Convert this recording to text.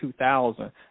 2000